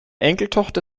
enkeltochter